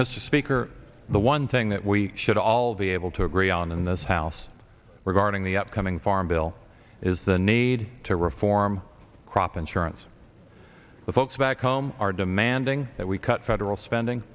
mr speaker the one thing that we should all be able to agree on in this house regarding the upcoming farm bill is the need to reform crop insurance the folks back home are demanding that we cut federal spending